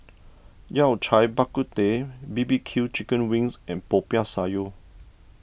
Yao Cai Bak Kut Teh B B Q Chicken Wings and Popiah Sayur